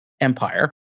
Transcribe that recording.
empire